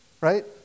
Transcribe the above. right